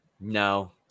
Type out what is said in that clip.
No